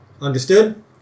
Understood